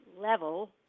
level